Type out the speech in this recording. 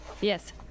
Yes